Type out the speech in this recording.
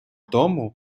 тому